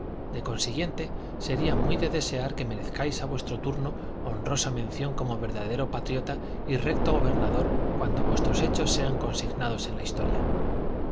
de consiguiente sería muy de desear que merezcáis a vuestro turno honrosa mención como verdadero patriota y recto gobernador cuando vuestros hechos sean consignados en la historia